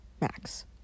max